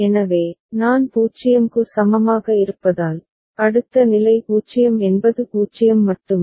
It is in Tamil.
எனவே நான் 0 க்கு சமமாக இருப்பதால் அடுத்த நிலை 0 என்பது 0 மட்டுமே